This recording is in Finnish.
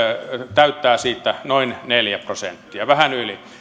täyttää siitä noin neljä prosenttia vähän yli